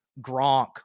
Gronk